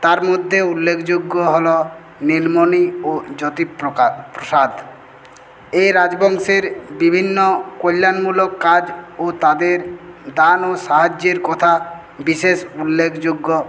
তার মধ্যে উল্লেখযোগ্য হল নীলমণি ও জ্যোতিপ্রকার প্রসাদ এই রাজবংশের বিভিন্ন কল্যাণমূলক কাজ ও তাদের দান ও সাহায্যের কথা বিশেষ উল্লেখযোগ্য